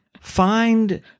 find